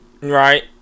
Right